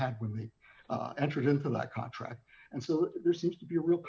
had when they entered into that contract and so there seems to be a real